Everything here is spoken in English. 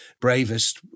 bravest